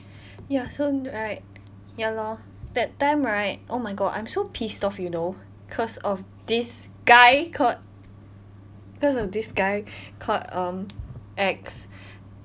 ya so right ya lor that time right oh my god I'm so pissed off you know because of this guy called because of this guy called um X